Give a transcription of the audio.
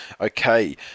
Okay